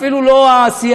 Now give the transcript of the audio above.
אפילו לא הסיעתית,